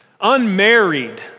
Unmarried